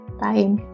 Bye